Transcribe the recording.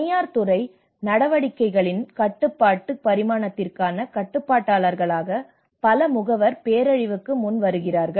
தனியார் துறை நடவடிக்கைகளின் கட்டுப்பாட்டு பரிமாணத்திற்கான கட்டுப்பாட்டாளர்களாக பல முகவர் பேரழிவுக்கு முன்வருகிறார்